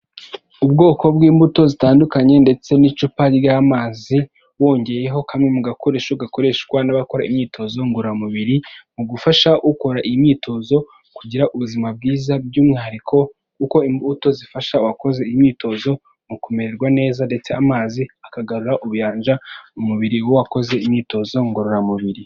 Ubwoko bw'imbuto zitandukanye ndetse n'icupa ry'amazi wongeyeho kamwe mu gakoresho gakoreshwa n'abakora imyitozo ngororamubiri mu gufasha ukora imyitozo kugira ubuzima bwiza by'umwihariko, kuko imbuto zifasha uwakoze imyitozo mu kumererwa neza, ndetse amazi akagarura ubuyanja mu mubiri w'uwakoze imyitozo ngororamubiri.